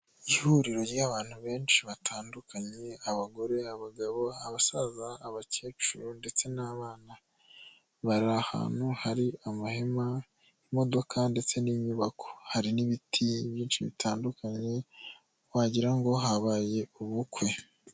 Ihuriro ry'abantu benshi batandukanye, abagore abagabo, abasaza, abakecuru ndetse n'abana, bari ahantu hari amahema imodoka ndetse n'inyubako hari n'ibiti byinshi bitandukanye wagira ngo habaye ubukwe.